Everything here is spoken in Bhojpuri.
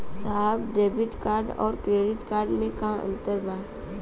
साहब डेबिट कार्ड और क्रेडिट कार्ड में का अंतर बा?